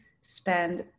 spend